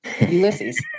Ulysses